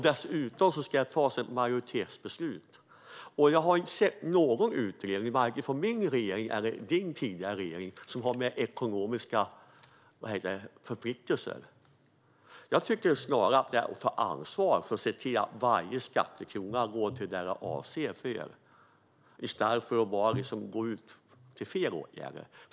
Dessutom ska det fattas ett majoritetsbeslut. Jag har inte sett någon utredning vare sig från min regering eller från din tidigare regering som har med ekonomiska förpliktelser att göra. Jag tycker snarare att det handlar om att ta ansvar för att varje skattekrona går till det den är avsedd för i stället för att bara gå ut till fel åtgärder.